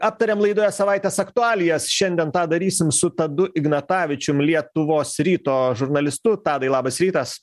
aptariam laidoje savaitės aktualijas šiandien tą darysim su tadu ignatavičium lietuvos ryto žurnalistu tadai labas rytas